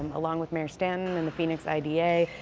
along with mayor stanton and the phoenix i d a,